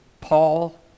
Paul